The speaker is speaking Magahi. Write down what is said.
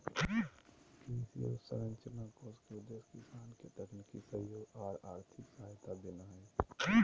कृषि अवसंरचना कोष के उद्देश्य किसान के तकनीकी सहयोग आर आर्थिक सहायता देना हई